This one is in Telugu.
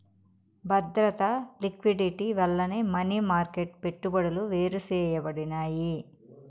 బద్రత, లిక్విడిటీ వల్లనే మనీ మార్కెట్ పెట్టుబడులు వేరుసేయబడినాయి